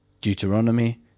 Deuteronomy